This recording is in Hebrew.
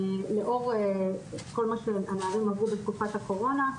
לאור כל מה שהנערים עברו בתקופת הקורונה.